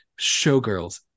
showgirls